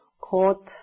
Caught